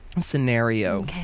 Scenario